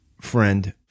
friend